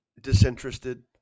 disinterested